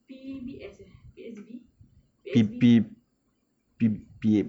P B S eh P_S_B P_S_B